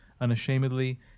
unashamedly